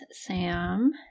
Sam